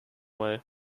away